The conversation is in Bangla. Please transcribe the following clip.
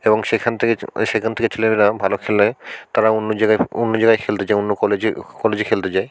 এবং সেখান থেকে সেখান থেকে ছেলেরা ভালো খেললে তারা অন্য জায়গায় অন্য জায়গায় খেলতে যায় অন্য কলেজে কলেজে খেলতে যায়